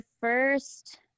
first